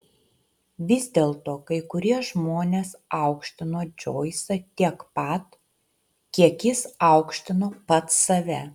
vis dėlto kai kurie žmonės aukštino džoisą tiek pat kiek jis aukštino pats save